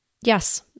Yes